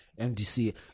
MDC